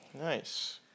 Nice